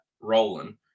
rolling